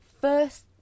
first